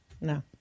No